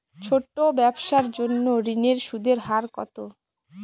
ছোট ব্যবসার জন্য ঋণের সুদের হার কত?